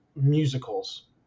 musicals